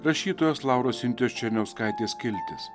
rašytojos lauros sintijos černiauskaitės skiltis